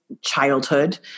childhood